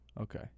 Okay